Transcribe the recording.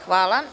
Hvala.